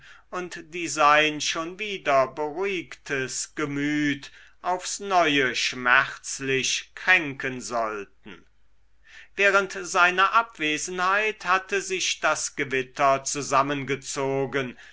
und die sein schon wieder beruhigtes gemüt aufs neue schmerzlich kränken sollten während seiner abwesenheit hatte sich das gewitter zusammengezogen